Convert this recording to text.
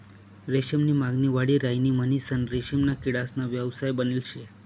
रेशीम नी मागणी वाढी राहिनी म्हणीसन रेशीमना किडासना व्यवसाय बनेल शे